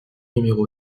numéro